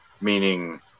meaning